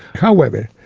however,